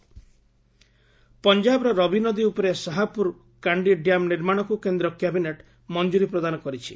cabinet dam ପଞ୍ଜାବର ରବି ନଦୀ ଉପରେ ସାହାପୁର କାଣ୍ଡି ଡ୍ୟାମ୍ ନିର୍ମାଣକୁ କେନ୍ଦ୍ର କ୍ୟାବିନେଟ୍ ମଞ୍ଜୁରୀ ପ୍ରଦାନ କରିଛି